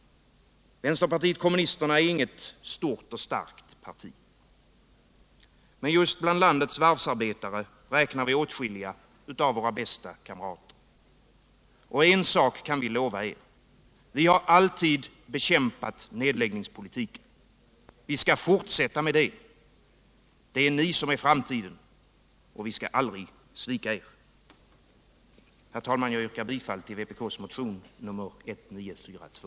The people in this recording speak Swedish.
Vänsterpartiet kommunisterna är inget stort och starkt parti. Men just bland landets varvsarbetare räknar vi åtskilliga av våra bästa kamrater. Och er kan vi lova en sak: Vi har alltid bekämpat nedläggningspolitiken, och vi skall fortsätta med det. Det är ni som är framtiden. Vi skall aldrig svika er. Herr talman! Jag yrkar bifall till vpk:s motion 1942.